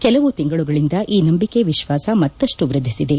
ಕೆಲವು ತಿಂಗಳುಗಳಿಂದ ಈ ನಂಬಿಕೆ ವಿಶ್ವಾಸ ಮತ್ತಷ್ಟು ವೃದ್ಧಿಸಿದೆ